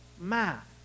math